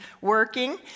working